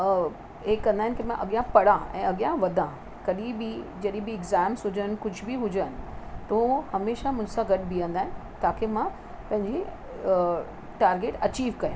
ईअं कंदा आहिनि कि मां अॻियां पढ़ां ऐं अॻियां वधां कॾहिं बि जॾहिं बि एक्ज़ाम्स हुजनि कुझु बि हुजनि त उहे हमेशह मूं सां गॾु ॿीहंदा आहिनि ताकी मां पंहिंजी टारगेट अचीव कयां